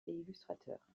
illustrateur